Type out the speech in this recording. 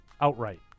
outright